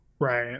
right